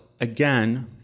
again